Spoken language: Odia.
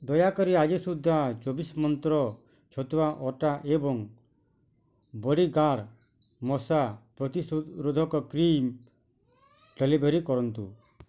ଦୟାକରି ଆଜି ସୁଦ୍ଧା ଚବିଶି ମନ୍ତ୍ର ଛତୁଆ ଅଟା ଏବଂ ବଡ଼ିଗାର୍ଡ଼୍ ମଶା ପ୍ରତିଶୋରୋଧକ କ୍ରିମ୍ ଡ଼େଲିଭରି କରନ୍ତୁ